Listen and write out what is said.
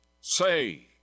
say